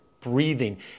breathing